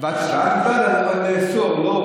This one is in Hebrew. על לאסור.